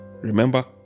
Remember